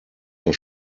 der